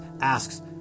asks